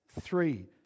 three